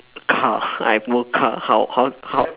car I have no car how how how